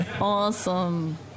Awesome